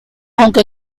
aunque